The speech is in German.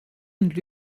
und